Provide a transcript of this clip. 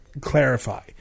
clarify